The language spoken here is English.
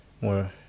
more